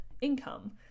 income